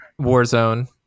Warzone